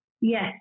yes